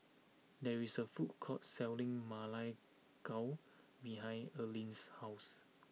there is a food court selling Ma Lai Gao behind Earlean's house